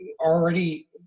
already